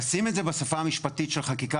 לשים את זה בשפה המשפטית של חקיקה,